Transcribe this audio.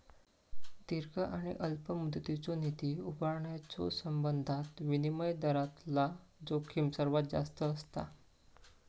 दीर्घ आणि अल्प मुदतीचो निधी उभारण्याच्यो संबंधात विनिमय दरातला जोखीम सर्वात जास्त असता